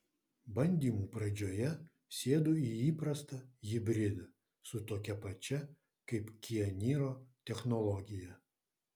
bandymų pradžioje sėdu į įprastą hibridą su tokia pačia kaip kia niro technologija